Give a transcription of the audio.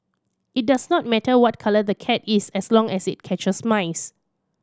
it does not matter what colour the cat is as long as it catches mice